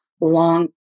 long